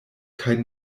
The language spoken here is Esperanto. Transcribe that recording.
kaj